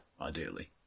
ideally